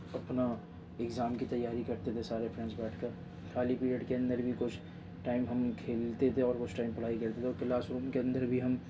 اپنا اگزام کی تیاری کرتے تھے سارے فرینڈز بیٹھ کر خالی پیریڈ کے اندر بھی کچھ ٹائم ہم کھیلتے تھے اور کچھ ٹائم پڑھائی کرتے تھے اور کلاس روم کے اندر بھی ہم